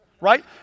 Right